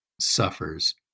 suffers